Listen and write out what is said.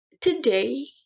today